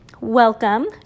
Welcome